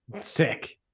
Sick